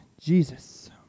Jesus